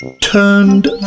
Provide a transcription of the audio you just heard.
turned